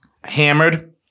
hammered